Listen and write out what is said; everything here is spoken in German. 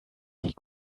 die